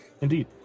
Indeed